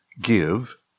give